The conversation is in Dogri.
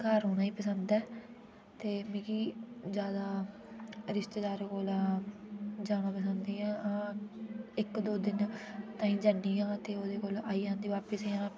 घर रौह्ना ई पसंद ऐ ते मिगी जादा रिश्तेदारें कोला जाना पसंद निं ऐ अअअ इक दो दिन ताहीं ज'न्नी आं में ते ओह्दे कोल आई जांदी बापिस जां